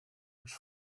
much